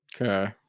okay